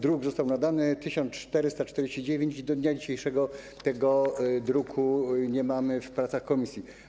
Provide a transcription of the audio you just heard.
Druk został nadany, nr 1449, i do dnia dzisiejszego tego druku nie mamy w pracach komisji.